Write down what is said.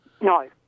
No